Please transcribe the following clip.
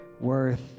worth